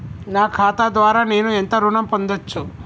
నా ఖాతా ద్వారా నేను ఎంత ఋణం పొందచ్చు?